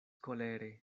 kolere